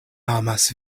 amas